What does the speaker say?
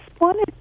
wanted